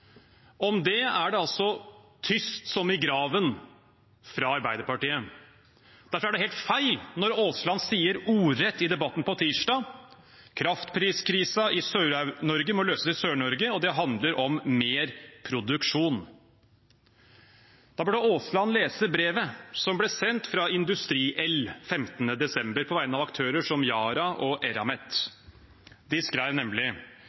Om det er det altså tyst som i graven fra Arbeiderpartiet. Derfor er det helt feil når Aasland ordrett i Debatten på NRK på tirsdag sa at kraftpriskrisen i Sør-Norge må løses i Sør-Norge, og det handler om mer produksjon. Da burde Aasland lese brevet som ble sendt fra IndustriEl den 15. desember på vegne av aktører som Yara og Eramet. De skrev nemlig